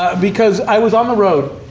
because i was on the road,